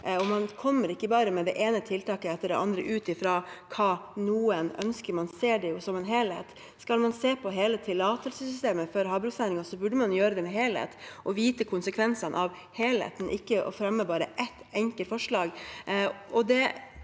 Man kommer ikke bare med det ene tiltaket etter det andre ut fra hva noen ønsker. Man ser på det som en helhet. Skal man se på hele tillatelsessystemet for havbruksnæringen, burde man gjøre det helhetlig og vite konsekvensene av helheten og ikke fremme bare ett enkelt forslag.